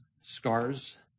scars